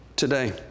today